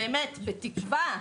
בתקווה.